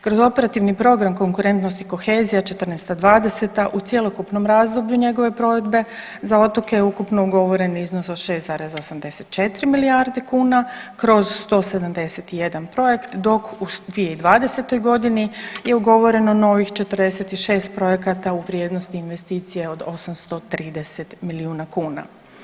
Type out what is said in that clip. Kroz operativni program konkurentnosti i kohezija '14.-'20. u cjelokupnom razdoblju njegove provedbe za otoke ukupno ugovoren je iznos od 6,84 milijarde kuna kroz 171 projekt dok u 2020.g. je ugovoreno novih 46 projekata u vrijednosti investicije od 830 milijuna kuna.